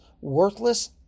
worthless